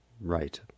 Right